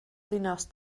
ddinas